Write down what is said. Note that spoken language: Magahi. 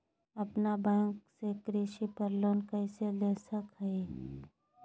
अपना बैंक से कृषि पर लोन कैसे ले सकअ हियई?